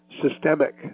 systemic